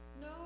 No